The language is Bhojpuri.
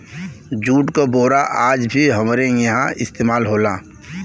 जूट क बोरा आज भी हमरे इहां इस्तेमाल होला